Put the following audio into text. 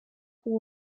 uwo